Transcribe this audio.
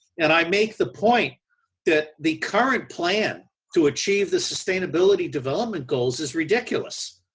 and, i make the point that the current plan to achieve the sustainability development goals is ridicules.